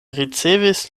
ricevis